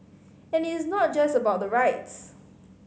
it is not just about the rights